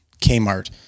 Kmart